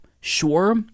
sure